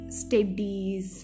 studies